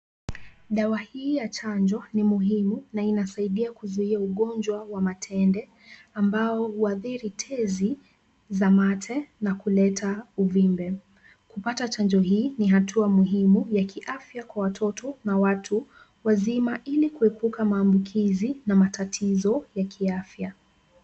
Dawa hii ya chanjo ni muhimu na inasaidia kuzuia ugonjwa wa matende, ambao huathiri tezi za mate na kuleta uvimbe. Kupata chanjo hii ni hatua muhimu ya kiafya kwa watoto na watu wazima ili kuepuka maambukizi na matatizo ya kiafya.